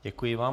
Děkuji vám.